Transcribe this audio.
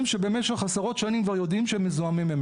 שבמשך עשרות שנים כבר יודעים שהם מזוהמים.